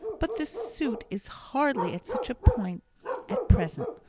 but the suit is hardly at such a point at present,